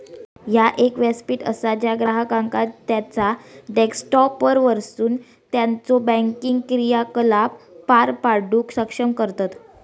ह्या एक व्यासपीठ असा ज्या ग्राहकांका त्यांचा डेस्कटॉपवरसून त्यांचो बँकिंग क्रियाकलाप पार पाडूक सक्षम करतत